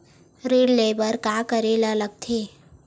ऋण ले बर का करे ला लगथे?